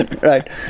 Right